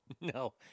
No